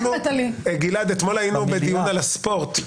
גלעד, אתמול היינו בדיון על הספורט.